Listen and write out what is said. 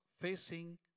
facing